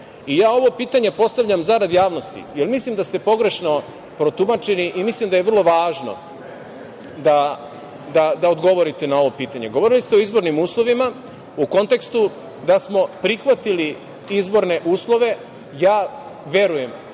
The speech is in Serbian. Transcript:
Ja ovo pitanje postavljam zarad javnosti, jer mislim da ste pogrešno protumačeni i mislim da je vrlo važno da odgovorite na ovo pitanje. Govorili ste o izbornim uslovima u kontekstu da smo prihvatili izborne uslove. Verujem,